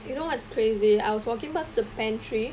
you know what's crazy I was walking past the pantry